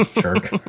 Jerk